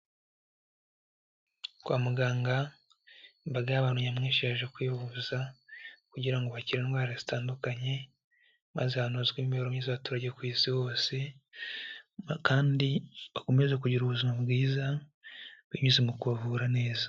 Kwa muganga, imbaga y'abantu nyamwinshi yaje kwivuza, kugira ngo bakira indwara zitandukanye, maze hanozwe imibereho y'abaturage ku Isi hose, kandi bakomeze kugira ubuzima bwiza, binyuze mu kubavura neza.